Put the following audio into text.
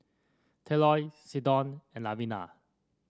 Tylor Seldon and